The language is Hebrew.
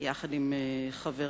יחד עם חבריו.